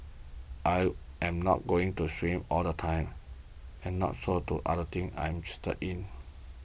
I am not going to swim all the time and not so do other things I'm interested in